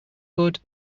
good